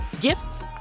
gifts